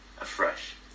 afresh